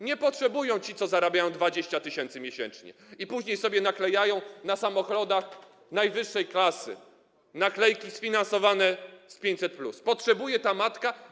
Nie potrzebują ci, co zarabiają 20 tys. miesięcznie i później sobie naklejają na samochodach najwyższej klasy naklejki „sfinansowane z 500+”, a potrzebuje tego matka.